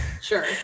Sure